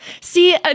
See